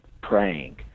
praying